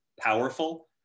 powerful